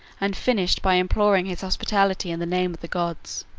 and finished by imploring his hospitality in the name of the gods.